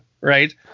right